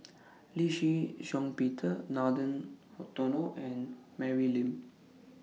Lee Shih Shiong Peter Nathan Hartono and Mary Lim